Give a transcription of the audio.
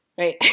Right